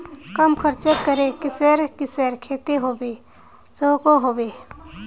कम खर्च करे किसेर किसेर खेती होबे सकोहो होबे?